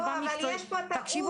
אבל יש פה טעות.